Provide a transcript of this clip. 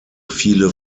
viele